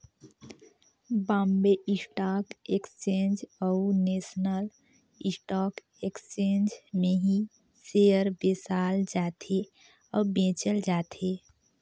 Bombay stock exchange अउ national stock exchange में ही सेयर बेसाल जाथे अउ बेंचल जाथे